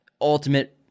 ultimate